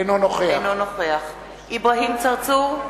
אינו נוכח אברהים צרצור,